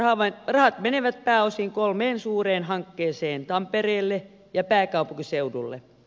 rahat menevät pääosin kolmeen suureen hankkeeseen tampereelle ja pääkaupunkiseudulle